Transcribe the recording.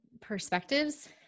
perspectives